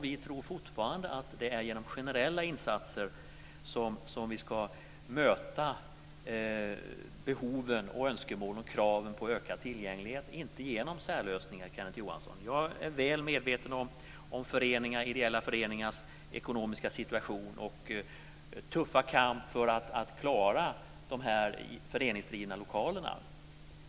Vi tror fortfarande att det är genom generella insatser som vi ska möta behoven, önskemålen och kraven på ökad tillgänglighet och inte genom särlösningar, Jag är väl medveten om ideella föreningars ekonomiska situation och tuffa kamp för att klara de föreningsdrivna lokalerna.